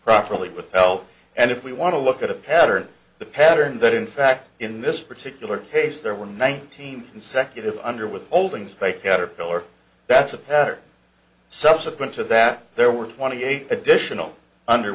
properly without and if we want to look at a pattern the pattern that in fact in this particular case there were nineteen consecutive under withholdings caterpillar that's a pattern subsequent to that there were twenty eight additional under